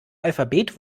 alphabet